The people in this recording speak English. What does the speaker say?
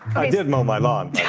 i didn't know my lord